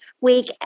week